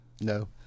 No